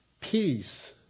Peace